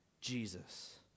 Jesus